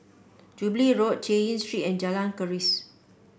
Jubilee Road Chay Yan Street and Jalan Keris